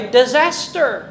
disaster